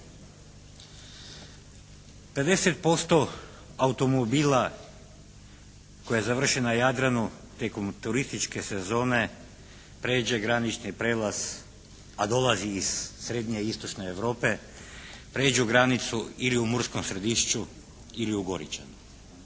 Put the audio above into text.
50% automobila koji završe na Jadranu tijekom turističke sezone prijeđe granični prijelaz, a dolazi iz srednje i istočne Europe, prijeđu granicu ili u Murskom Središću ili u Goričanu.